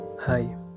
Hi